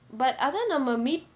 but அதான் நம்ம:athaan namma meet